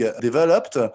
developed